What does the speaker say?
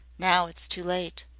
now it's too late.